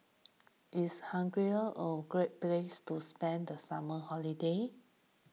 is Hungary a great place to spend the summer holiday